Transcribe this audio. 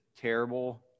terrible